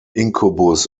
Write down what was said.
incubus